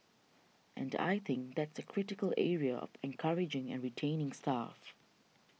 and I think that's a critical area of encouraging and retaining staff